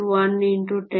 me 9